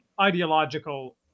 ideological